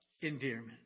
endearment